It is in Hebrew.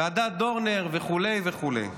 ועדת דורנר וכו' וכו'.